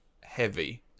heavy